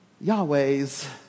Yahweh's